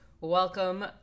welcome